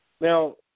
Now